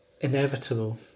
inevitable